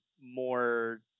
more